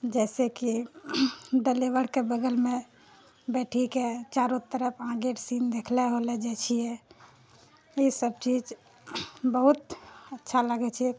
जैसे कि ड्राइवरके बगलमे बैठीके चारो तरफ आगेके सीन देखलो रहलो जाइ छियै ई सब चीज बहुत अच्छा लागै छै